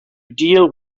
deal